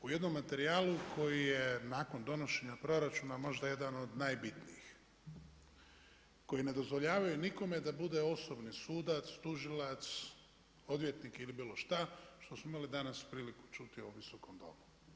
U jednom materijalu koji je nakon donošenja proračuna možda jedan od najboljih koji ne dozvoljavaju nikome da bude osobni sudac, tužilac, odvjetnik ili bilo šta što smo imali danas priliku čuti u ovom Visokom domu.